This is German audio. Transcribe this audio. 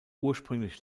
ursprünglich